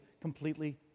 completely